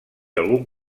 algun